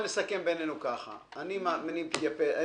נסכם ככה אני מיפה את